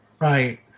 Right